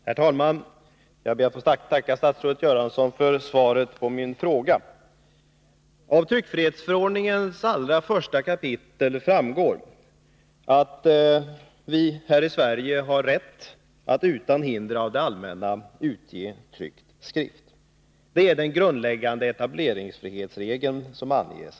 Herr talman! Jag ber att få tacka statsrådet Göransson för svaret på min fråga. Av tryckfrihetsförordningens allra första kapitel framgår att vi här i Sverige har rätt att utan hinder av det allmänna utge tryckt skrift. Det är den grundläggande etableringsfrihetsregeln som anges där.